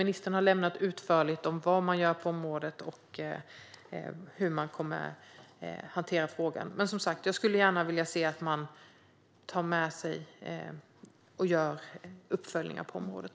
Ministern har lämnat utförliga svar på vad som görs på området och hur frågan kommer att hanteras. Men jag skulle gärna se att uppföljningar görs på området.